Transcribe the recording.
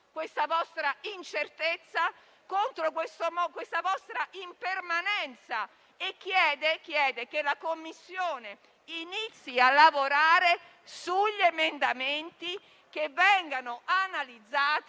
questa vostra incertezza e impermanenza e chiede che la Commissione inizi a lavorare sugli emendamenti, che questi vengano analizzati